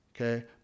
Okay